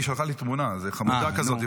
היא שלחה לי תמונה, חמודה כזאת.